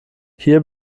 hier